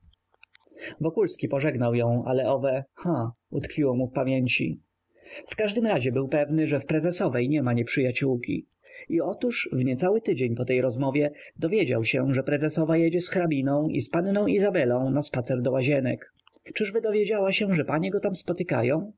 ha wokulski pożegnał ją ale owe ha utkwiło mu w pamięci w każdym razie był pewny że w prezesowej niema nieprzyjaciólki i otóż w niecały tydzień po tej rozmowie dowiedział się że prezesowa jedzie z hrabiną i z panną izabelą na spacer do łazienek czyby dowiedziała się że panie go tam spotykają